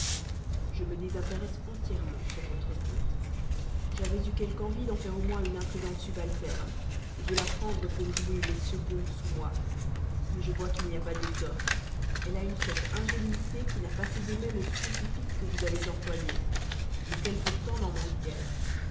je me désintéresse entièrement sur son compte j'avais eu quelque envie d'en faire au moins une intrigante subalterne de la prendre pour jouer les seconds sous moi mais je n'y vois pas d'étoffe elle a une sotte ingénuité qui n'a pas cédé même au spécifique que vous avez employé qui pourtant n'en manque guère